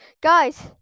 guys